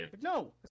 no